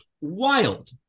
wild